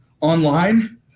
online